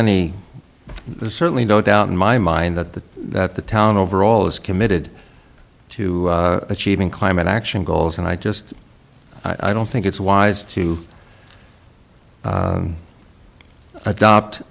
any certainly no doubt in my mind that the that the town overall is committed to achieving climate action goals and i just i don't think it's wise to adopt